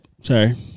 Sorry